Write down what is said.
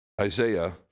Isaiah